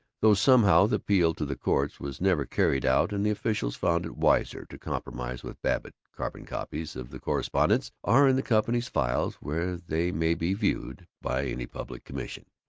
though somehow the appeal to the courts was never carried out and the officials found it wiser to compromise with babbitt. carbon copies of the correspondence are in the company's files, where they may be viewed by any public commission.